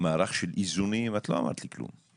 מערך של איזונים לא אמרת לי כלום.